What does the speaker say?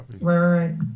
Right